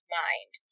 mind